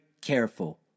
careful